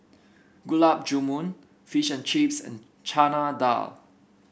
Gulab Jamun Fish and Chips and Chana Dal